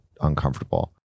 uncomfortable